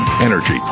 energy